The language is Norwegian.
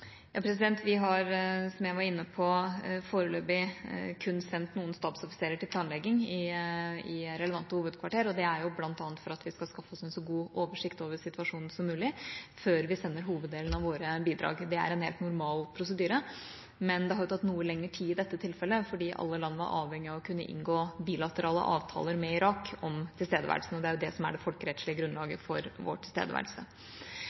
Vi har, som jeg var inne på, foreløpig kun sendt noen stabsoffiserer til planlegging i relevante hovedkvarter. Det er bl.a. for at vi skal skaffe oss en så god oversikt over situasjonen som mulig, før vi sender hoveddelen av våre bidrag. Det er en helt normal prosedyre. Men det har tatt noe lengre tid i dette tilfellet, fordi alle land var avhengig av å kunne inngå bilaterale avtaler med Irak om tilstedeværelsen, og det er jo det som er det folkerettslige grunnlaget for vår tilstedeværelse.